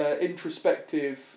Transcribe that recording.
introspective